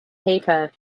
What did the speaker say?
paper